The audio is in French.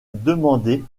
demandés